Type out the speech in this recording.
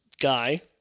guy